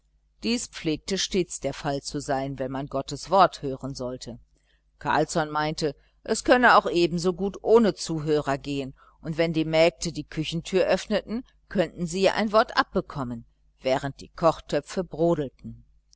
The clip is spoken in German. dies pflegte stets der fall zu sein wenn man gottes wort hören sollte carlsson meinte es könne auch ebensogut ohne zuhörer gehen und wenn die mägde die küchentür öffneten könnten sie ja ein wort abbekommen während die kochtöpfe brodelten